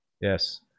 yes